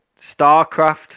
Starcraft